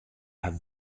hat